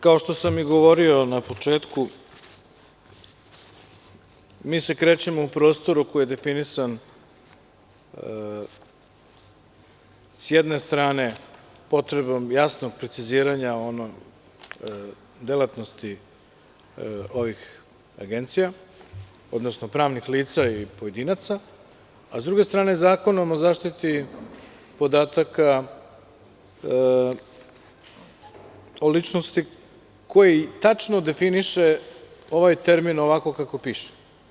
Kao što sam i govorio na početku, mi se krećemo u prostoru koji je definisan s jedne strane potrebom jasnog preciziranja delatnosti ovih agencija, odnosno pravnih lica i pojedinaca, a s druge strane Zakonom o zaštiti podataka o ličnosti, koji tačno definiše ovaj termin ovako kako piše.